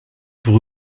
pour